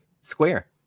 square